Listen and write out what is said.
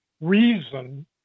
reason